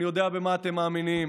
אני יודע במה אתם מאמינים.